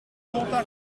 healer